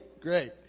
great